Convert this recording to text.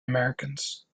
americans